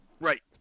Right